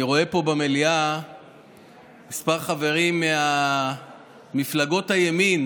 אני רואה פה במליאה כמה חברים ממפלגות הימין